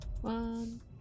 One